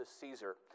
Caesar